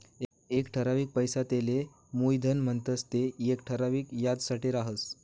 एक ठरावीक पैसा तेले मुयधन म्हणतंस ते येक ठराविक याजसाठे राहस